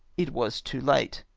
it was too late.